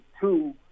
two